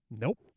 nope